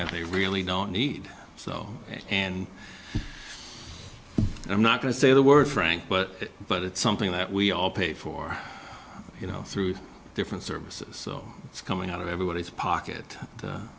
that we really don't need so and i'm not going to say the word frank but but it's something that we all pay for you know through different services so it's coming out of everybody's pocket